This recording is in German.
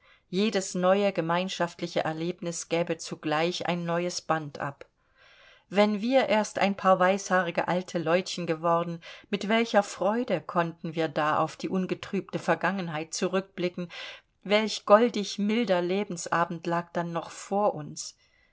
jedes neue gemeinschaftliche erlebnis gäbe zugleich ein neues band ab wenn wir erst ein paar weißhaarige alte leutchen geworden mit welcher freude konnten wir da auf die ungetrübte vergangenheit zurückblicken welch goldig milder lebensabend lag dann noch vor uns